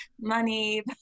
money